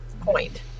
point